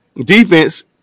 defense